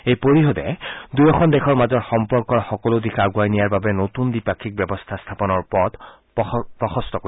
এই পৰিষদে দুয়োখন দেশৰ মাজৰ সম্পৰ্কৰ সকলো দিশ আগুৱাই নিয়াৰ বাবে নতুন দ্বিপাক্ষিক ব্যৱস্থা স্থাপনৰ পথ প্ৰশস্ত কৰিব